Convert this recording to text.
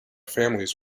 families